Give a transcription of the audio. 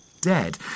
dead